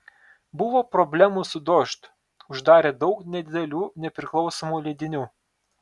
buvo problemų su dožd uždarė daug nedidelių nepriklausomų leidinių